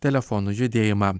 telefonų judėjimą